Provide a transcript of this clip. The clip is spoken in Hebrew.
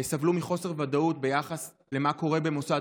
סבלו מחוסר ודאות לגבי מה קורה במוסד